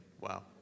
Wow